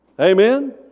Amen